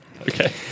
okay